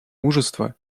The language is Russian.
мужество